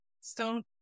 Stone